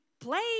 play